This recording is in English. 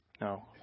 No